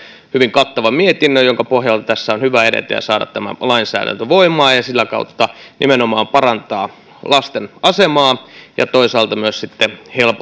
kattavan mietinnön jonka pohjalta tässä on hyvä edetä ja saada tämä lainsäädäntö voimaan ja sitä kautta nimenomaan parantaa lasten asemaa ja toisaalta myös